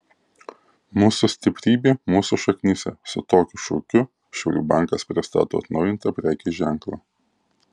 mūsų stiprybė mūsų šaknyse su tokiu šūkiu šiaulių bankas pristato atnaujintą prekės ženklą